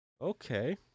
Okay